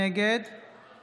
נגד